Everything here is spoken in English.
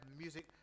music